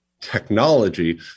technology